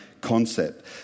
concept